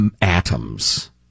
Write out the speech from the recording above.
atoms